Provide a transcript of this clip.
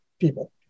people